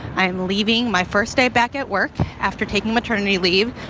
i am leaving my first day back at work after taking maternity leave,